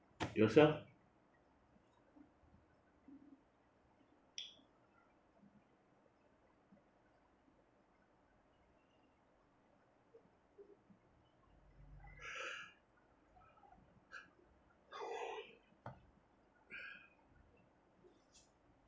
yourself